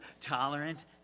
tolerant